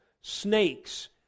Snakes